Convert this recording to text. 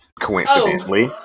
coincidentally